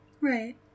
Right